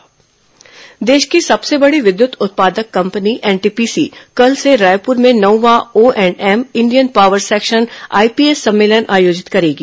NTPC conference देश की सबसे बड़ी विद्युत उत्पादक कंपनी एनटीपीसी कल से रायपुर में नौवें O and M Indian power section IPS सम्मेलन आयोजित करेगी